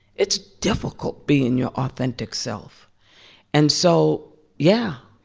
it's difficult being your authentic self and so yeah.